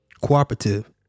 cooperative